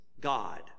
God